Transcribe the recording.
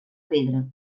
pedra